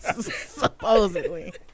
Supposedly